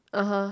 (uh huh)